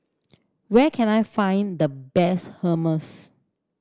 where can I find the best Hummus